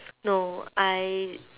no I